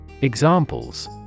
Examples